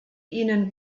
ihnen